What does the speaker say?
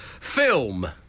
Film